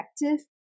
effective